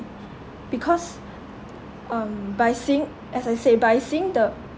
because um by seeing as I say by seeing the